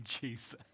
Jesus